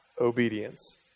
obedience